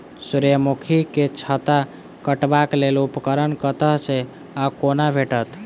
सूर्यमुखी केँ छत्ता काटबाक लेल उपकरण कतह सऽ आ कोना भेटत?